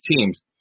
teams